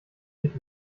sich